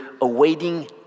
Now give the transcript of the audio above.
awaiting